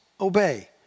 Obey